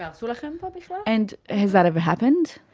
um sort of and and has that ever happened?